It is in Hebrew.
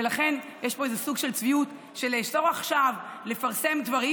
ולכן יש פה איזה סוג של צביעות: אוסרים עכשיו לפרסם דברים,